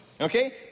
Okay